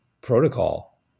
protocol